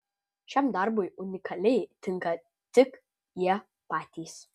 šiam darbui unikaliai tinka tik jie patys